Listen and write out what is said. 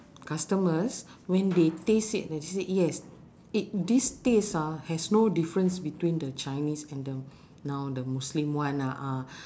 customers when they taste it they said yes it this taste ah has no difference between the chinese and the now the muslim one a'ah